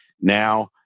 now